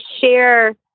share